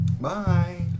Bye